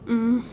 mm